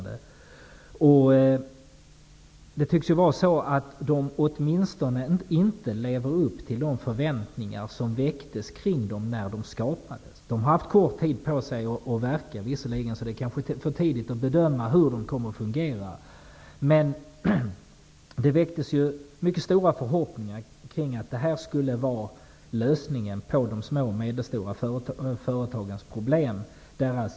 Det tycks åtminstone vara så att de inte lever upp till de förväntningar som ställdes på dem när de skapades. De har visserligen haft kort tid på sig att verka -- det kanske är för tidigt att bedöma hur de kommer att fungera -- men det väcktes ju mycket stora förhoppningar på att de skulle innebära lösningen på de små och medelstora företagens problem.